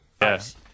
yes